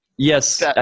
Yes